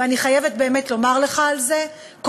ואני חייבת באמת לומר לך כל הכבוד,